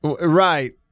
Right